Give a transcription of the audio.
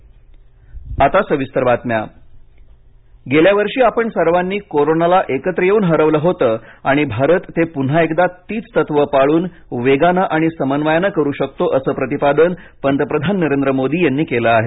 पंतप्रधान आढावा गेल्या वर्षी आपण सर्वांनी कोरोना एकत्र येव्न हरवलं होतं आणि भारत ते पुन्हा एकदा तीच तत्वं पाळून वेगानं आणि समन्वयानं करू शकतो असं प्रतिपादन पंतप्रधान नरेंद्र मोदी यांनी केलं आहे